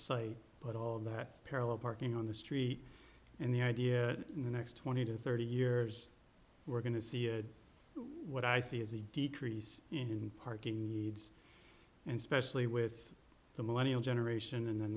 site but all that parallel parking on the street and the idea that in the next twenty to thirty years we're going to see what i see as a decrease in parking needs and specially with the millennial generation and then